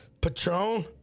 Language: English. Patron